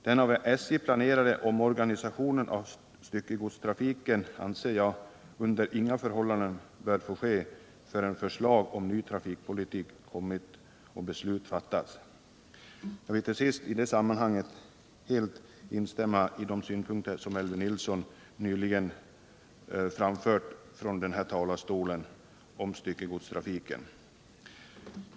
Den av SJ planerade omorganisationen av styckegodstrafiken bör, anser jag, under inga förhållanden få ske förrän förslag om ny trafikpolitik kommit och beslut fattats. Jag vill till sist i det sammanhanget helt instämma i de synpunkter på styckegodstrafiken som Elvy Nilsson nyss framförde från kammarens talarstol.